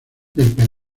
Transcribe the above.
peligro